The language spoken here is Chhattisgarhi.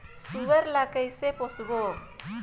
सुअर ला कइसे पोसबो?